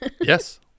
Yes